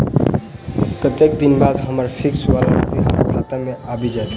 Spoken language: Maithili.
कत्तेक दिनक बाद हम्मर फिक्स वला राशि हमरा खाता मे आबि जैत?